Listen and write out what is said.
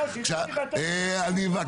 אני אומר